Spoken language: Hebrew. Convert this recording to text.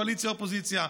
קואליציה אופוזיציה,